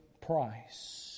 price